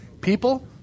people